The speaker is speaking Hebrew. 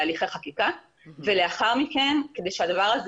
בהליכי חקיקה ולאחר מכן כדי שהדבר הזה